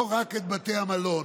לא רק את בתי המלון,